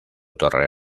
torre